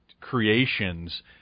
creations